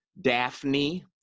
Daphne